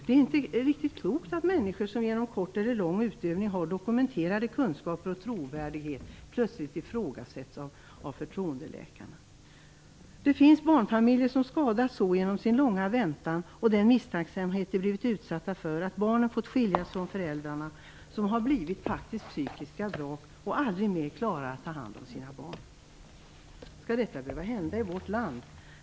Det är inte riktigt klokt att människor som genom kort eller lång utövning har dokumenterade kunskaper och trovärdighet plötsligt ifrågasätts av förtroendeläkarna. Det finns barnfamiljer som skadats så genom sin långa väntan och den misstänksamhet de blivit utsatta för att barnen har fått skiljas från föräldrarna, som faktiskt har blivit psykiska vrak och aldrig mer klarar att ta hand om sina barn. Skall detta behöva hända i vårt land?